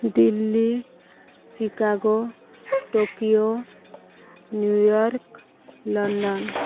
Delhi Chicago Tokyo New York London